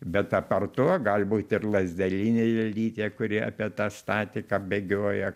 bet apart to gali būt ir lazdelinė lėlytė kuri apie tą statiką bėgioja